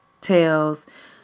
tails